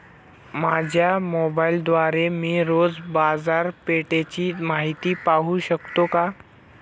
माझ्या मोबाइलद्वारे मी रोज बाजारपेठेची माहिती पाहू शकतो का?